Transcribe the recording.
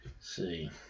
See